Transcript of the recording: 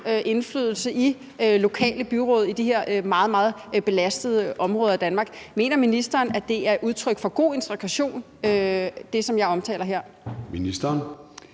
indflydelse i lokale byråd i de her meget, meget belastede områder af Danmark. Mener ministeren, at det, som jeg omtaler her, er